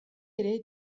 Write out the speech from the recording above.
ere